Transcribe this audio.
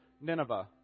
Nineveh